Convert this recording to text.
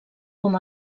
com